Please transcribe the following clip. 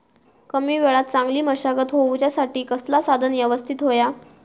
कमी वेळात चांगली मशागत होऊच्यासाठी कसला साधन यवस्तित होया?